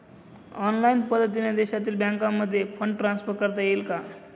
Online पद्धतीने देशातील बँकांमध्ये फंड ट्रान्सफर करता येईल का?